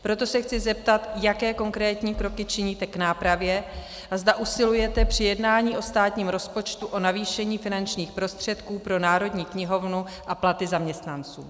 Proto se chci zeptat, jaké konkrétní kroky činíte k nápravě a zda usilujete při jednání o státním rozpočtu o navýšení finančních prostředků pro Národní knihovnu a platy zaměstnanců.